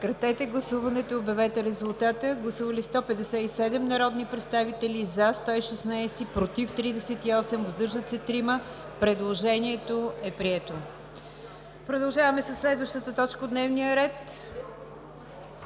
Продължаваме със следващата точка от дневния ред: